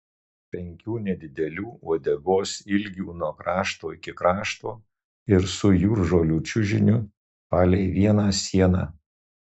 penkių nedidelių uodegos ilgių nuo krašto iki krašto ir su jūržolių čiužiniu palei vieną sieną